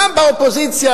פעם באופוזיציה,